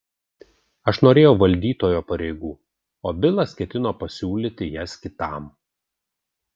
aš norėjau valdytojo pareigų o bilas ketino pasiūlyti jas kitam